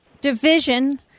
division